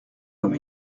comme